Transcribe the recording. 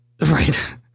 Right